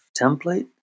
template